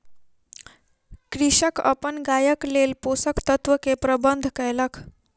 कृषक अपन गायक लेल पोषक तत्व के प्रबंध कयलक